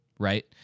Right